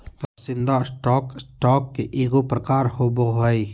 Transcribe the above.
पसंदीदा stock, stock के एगो प्रकार होबो हइ